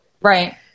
right